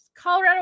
Colorado